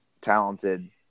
talented